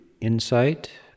insight